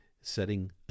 setting